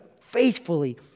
faithfully